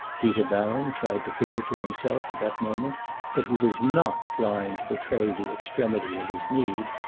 peter baron tried to figure to himself at that moment that he was not flying to betray the extremity of his need,